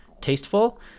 tasteful